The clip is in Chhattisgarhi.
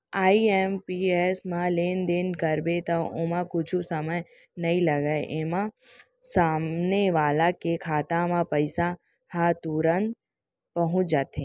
आई.एम.पी.एस म लेनदेन करबे त ओमा कुछु समय नइ लागय, एमा सामने वाला के खाता म पइसा ह तुरते पहुंच जाथे